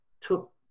took